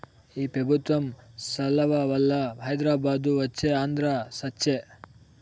ఈ పెబుత్వం సలవవల్ల హైదరాబాదు వచ్చే ఆంధ్ర సచ్చె